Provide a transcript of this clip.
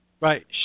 Right